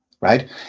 right